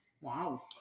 Wow